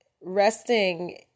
resting